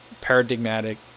paradigmatic